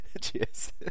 Cheers